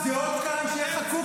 צה"ל צריך עוד חיילים.